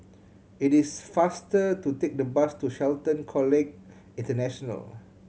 it is faster to take the bus to Shelton College International